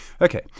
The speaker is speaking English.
Okay